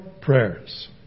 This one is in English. prayers